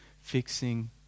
fixing